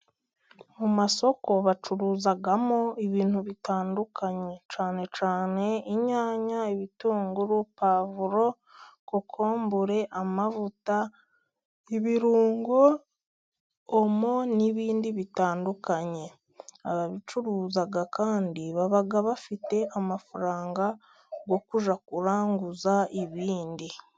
Mu masoko bacuruzamo ibintu bitandukanye cyane cyane inyanya, ibitungu, puwavuro, kokombure, amavuta, ibirungo, omo, n'ibindi bitandukanye. Ababicuruza kandi baba bafite amafaranga yo kujya kuranguza ibindi.